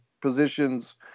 positions